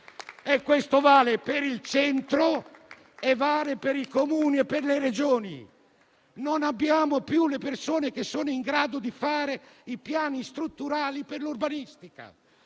Questo vale per il centro e vale per i Comuni e per le Regioni. Non abbiamo più persone in grado di fare i piani strutturali per l'urbanistica,